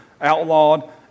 outlawed